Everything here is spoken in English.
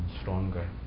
stronger